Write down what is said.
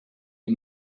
you